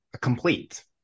complete